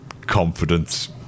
confidence